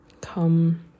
come